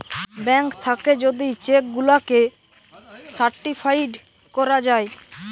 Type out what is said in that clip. bank থাকে যদি cheque গুলাকে সার্টিফাইড করা যায়